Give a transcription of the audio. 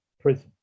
prison